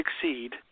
succeed